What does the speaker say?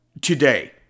today